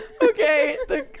Okay